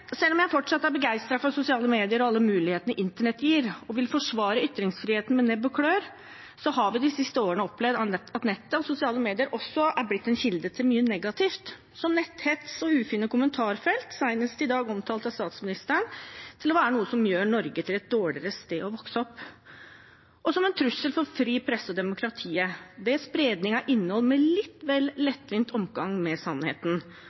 selv om jeg fortsatt er begeistret for sosiale medier og alle mulighetene internett gir, og vil forsvare ytringsfriheten med nebb og klør, har vi de siste årene opplevd at nettet og sosiale medier også er blitt en kilde til mye negativt, som netthets og ufine kommentarfelt – senest i dag omtalt av statsministeren som noe som gjør Norge til et dårligere sted å vokse opp. Og de er en trussel for den frie pressen og demokratiet, gjennom spredning av innhold med litt vel lettvint omgang med sannheten,